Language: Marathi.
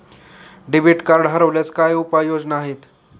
डेबिट कार्ड हरवल्यास काय उपाय योजना आहेत?